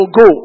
go